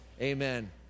Amen